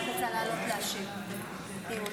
אני רק רוצה לעלות להשיב, להגיב.